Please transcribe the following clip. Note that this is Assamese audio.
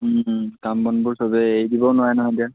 কাম বনবোৰ চবেই এৰি দিবও নোৱাৰে নহয় এতিয়া